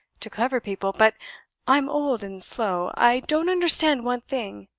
to clever people. but i'm old and slow. i don't understand one thing.